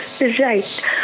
right